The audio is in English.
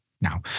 Now